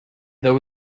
there